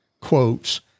quotes